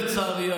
לצערי,